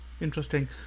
interesting